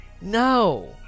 No